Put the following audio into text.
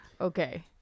Okay